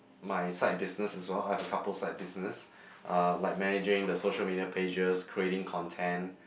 my side business as well I have a couple side business uh like managing the social media pages creating content